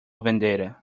vendetta